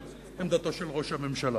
על עמדתו של ראש הממשלה,